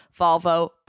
Volvo